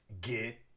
get